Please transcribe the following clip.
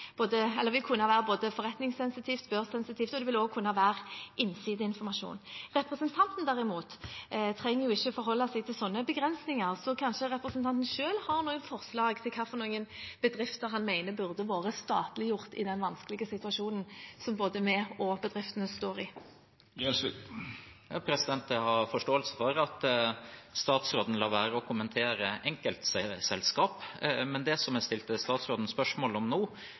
både forretningssensitivt og børssensitivt, og det ville også kunne være innsideinformasjon. Representanten, derimot, trenger ikke å forholde seg til slike begrensninger, så kanskje representanten selv har noen forslag til bedrifter han mener burde vært statliggjort i den vanskelige situasjonen både vi og bedriftene står i. Jeg har forståelse for at statsråden lar være å kommentere enkeltselskaper, men det jeg stilte statsråden spørsmål om nå,